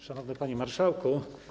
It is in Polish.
Szanowny Panie Marszałku!